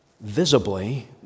visibly